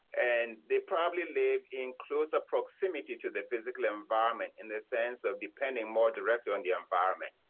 and they probably live in closer proximity to their physical environment in the sense of depending more directly on the environment.